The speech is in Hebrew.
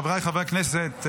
חבריי חברי הכנסת,